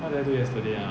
what did I do yesterday ah